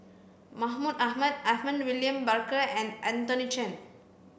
Mahmud Ahmad Edmund William Barker and Anthony Chen